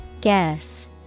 Guess